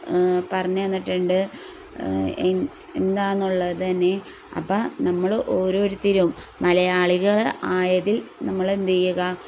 പറഞ്ഞു തന്നിട്ടുണ്ട് എന്താണെന്നുള്ളതുതന്നെ അപ്പോൾ നമ്മൾ ഓരോരുത്തരും മലയാളികൾ ആയതിൽ നമ്മൾ എന്തു ചെയ്യുക